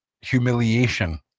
humiliation